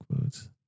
quotes